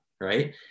Right